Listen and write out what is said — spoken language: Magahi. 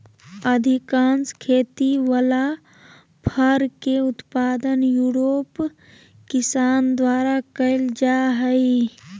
अधिकांश खेती वला फर के उत्पादन यूरोप किसान द्वारा कइल जा हइ